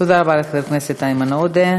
תודה רבה לחבר הכנסת איימן עודה.